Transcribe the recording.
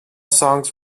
songs